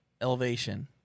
elevation